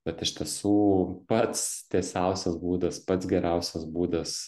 bet iš tiesų pats tiesiausias būdas pats geriausias būdas